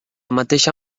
mateixa